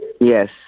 Yes